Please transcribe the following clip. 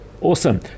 Awesome